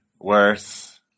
worse